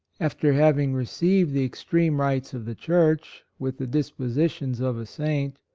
after having received the ex treme rites of the church, with the dispositions of a saint,